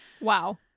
Wow